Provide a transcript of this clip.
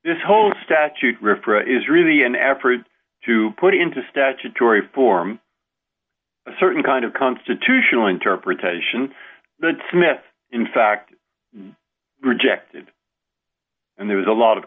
this whole statute is really an absolute to put into statutory form a certain kind of constitutional interpretation that smith in fact rejected and there was a lot of